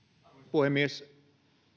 puhemies